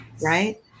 Right